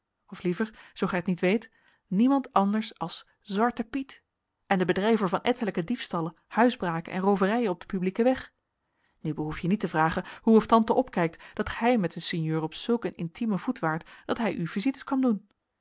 of liever zoo gij t niet weet niemand anders als zwarte piet en de bedrijver van ettelijke diefstallen huisbraken en rooverijen op den publieken weg nu behoef je niet te vragen hoe of tante opkijkt dat gij met den sinjeur op zulk een intiemen voet waart dat hij u visites kwam doen